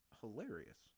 hilarious